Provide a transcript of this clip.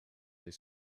his